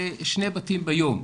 זה שני בתים ביום,